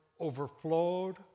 overflowed